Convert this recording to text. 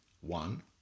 One